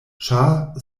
ĉar